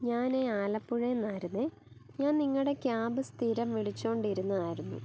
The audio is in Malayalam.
ഞാൻ ആലപ്പുഴേന്നായിരുന്നു ഞാൻ നിങ്ങളുടെ ക്യാബ് സ്ഥിരം വിളിച്ചോണ്ടിരുന്നതായിരുന്നു